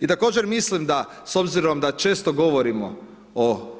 I također mislim da s obzirom da često govorimo o